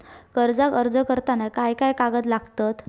कर्जाक अर्ज करताना काय काय कागद लागतत?